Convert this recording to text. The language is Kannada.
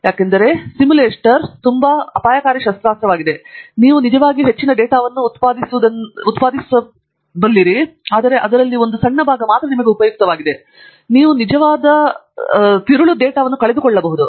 ಏಕೆಂದರೆ ಸಿಮ್ಯುಲೇಟರ್ ತುಂಬಾ ಪ್ರಾಣಾಂತಿಕ ಶಸ್ತ್ರಾಸ್ತ್ರವಾಗಿದೆ ಮತ್ತು ನೀವು ನಿಜವಾಗಿಯೂ ಹೆಚ್ಚಿನ ಡೇಟಾವನ್ನು ಉತ್ಪಾದಿಸುವುದನ್ನು ಕೊನೆಗೊಳಿಸಬಹುದು ಮತ್ತು ಅದರಲ್ಲಿ ಒಂದು ಸಣ್ಣ ಭಾಗ ಮಾತ್ರ ನಿಮಗೆ ಉಪಯುಕ್ತವಾಗಿದೆ ಮತ್ತು ನೀವು ಆಳವಾದ ಡೇಟಾವನ್ನು ಕಳೆದುಕೊಳ್ಳಬಹುದು